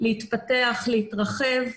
להתפתח ולהתרחב.